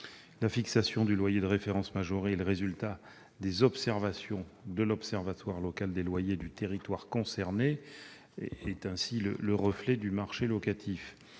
la fixation du loyer de référence majoré, qui est le résultat des observations de l'observatoire local des loyers du territoire concerné, est le reflet du marché locatif.